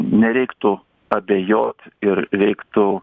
nereiktų abejot ir reiktų